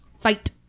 Fight